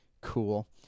Cool